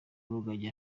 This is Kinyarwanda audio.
rugagi